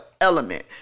element